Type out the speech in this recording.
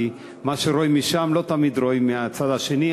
כי מה שרואים משם לא תמיד רואים מהצד השני.